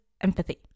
empathy